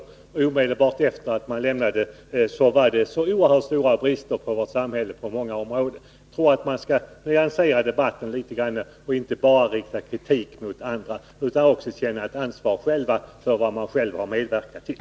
Omedelbart som man lämnade regeringen var det så oerhört stora brister på många samhällsområden. Jag tror att vi bör nyansera debatten litet grand och inte bara rikta kritik mot andra. Vi bör i stället själva känna ett ansvar för det som vi har medverkat till.